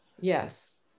yes